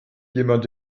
jemand